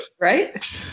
right